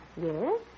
Yes